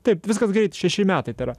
taip viskas greit šeši metai tėra